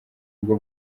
bwo